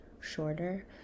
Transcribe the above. shorter